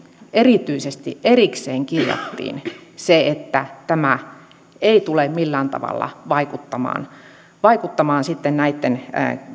erityisesti erikseen kirjattiin se että tämä ei tule millään tavalla vaikuttamaan vaikuttamaan näitten